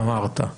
אמרת,